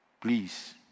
please